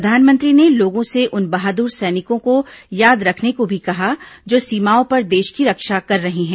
प्रधानमंत्री ने लोगों से उन बहादुर सैनिकों को याद रखने को भी कहा जो सीमाओं पर देश की रक्षा कर रहे हैं